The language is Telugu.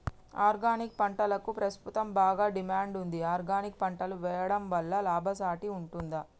ఆర్గానిక్ పంటలకు ప్రస్తుతం బాగా డిమాండ్ ఉంది ఆర్గానిక్ పంటలు వేయడం వల్ల లాభసాటి ఉంటుందా?